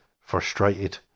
frustrated